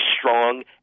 strong